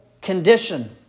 condition